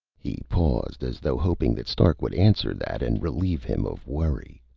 he paused, as though hoping that stark would answer that and relieve him of worry.